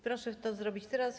Proszę to zrobić teraz.